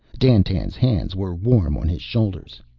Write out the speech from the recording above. dandtan's hands were warm on his shoulders.